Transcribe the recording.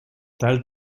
tal